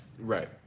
Right